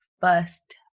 first